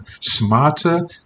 smarter